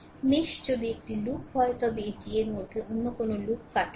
mesh যদি একটি loop হয় তবে এটি এর মধ্যে অন্য কোনও লুপ কাটবে না